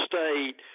State